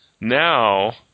now